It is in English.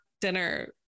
dinner